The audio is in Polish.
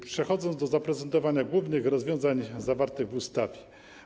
Przejdę do zaprezentowania głównych rozwiązań zawartych w ustawie.